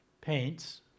paints